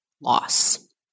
loss